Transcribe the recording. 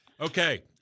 Okay